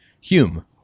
Hume